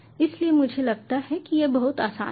इसलिए मुझे लगता है कि यह बहुत आसान है